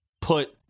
put